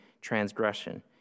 transgression